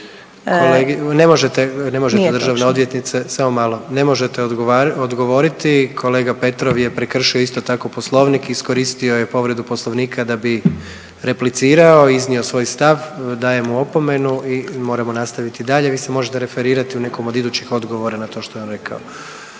Nije točno./… samo malo, ne možete odgovoriti. Kolega Petrov je prekršio isto tako Poslovnik, iskoristio je povredu Poslovnika da bi replicira i iznio svoj stav. Dajem mu opomenu i moramo nastaviti dalje. Vi se možete referirati u nekom u idućih odgovora na to što je on rekao.